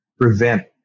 prevent